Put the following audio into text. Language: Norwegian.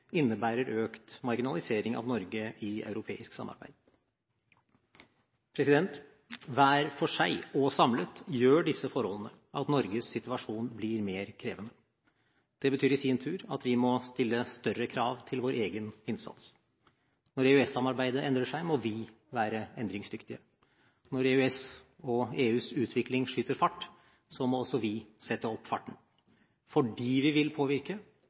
innebærer økt marginalisering av Norge i europeisk samarbeid. Hver for seg og samlet gjør disse forholdene at Norges situasjon blir mer krevende. Det betyr i sin tur at vi må stille større krav til vår egen innsats. Når EØS-samarbeidet endrer seg, må vi være endringsdyktige. Når EØS’ og EUs utvikling skyter fart, må også vi sette opp farten. Fordi vi vil påvirke,